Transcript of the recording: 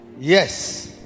yes